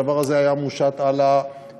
הדבר הזה היה מושת על האזרחים,